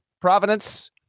Providence